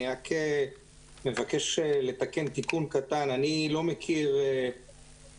אני רק מבקש לתקן תיקון קטן אני לא מכיר שהממשלה